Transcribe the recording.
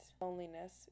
loneliness